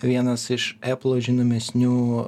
vienas iš eplo žinomesnių